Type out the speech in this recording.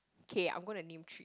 K I'm gonna name three